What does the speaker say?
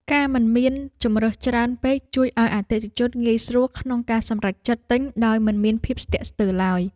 ការមិនមានជម្រើសច្រើនពេកជួយឱ្យអតិថិជនងាយស្រួលក្នុងការសម្រេចចិត្តទិញដោយមិនមានភាពស្ទាក់ស្ទើរឡើយ។